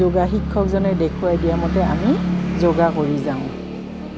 যোগা শিক্ষকজনে দেখুৱাই দিয়া মতে আমি যোগা কৰি যাওঁ